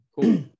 Cool